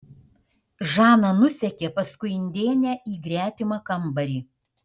žana nusekė paskui indėnę į gretimą kambarį